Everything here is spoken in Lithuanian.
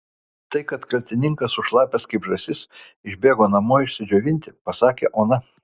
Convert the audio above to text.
tai kad kaltininkas sušlapęs kaip žąsis išbėgo namo išsidžiovinti pasakė ona